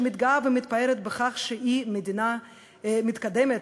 שמתגאה ומתפארת בכך שהיא מדינה מתקדמת,